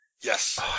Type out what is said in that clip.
Yes